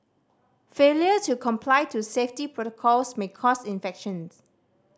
failure to comply to safety protocols may cause infections